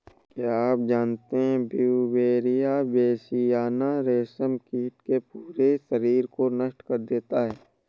क्या आप जानते है ब्यूवेरिया बेसियाना, रेशम कीट के पूरे शरीर को नष्ट कर देता है